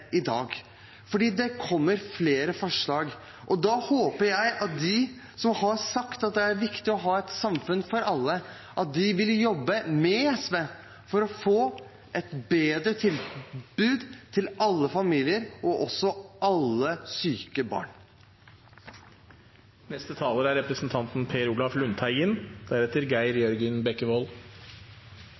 kommer flere forslag. Da håper jeg at de som har sagt at det er viktig å ha et samfunn for alle, vil jobbe med SV for å få et bedre tilbud til alle familier og også til alle syke barn. Bioteknologi er et veldig viktig og utrolig krevende tema. Det er